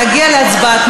נגיע להצבעה.